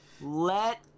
Let